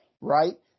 right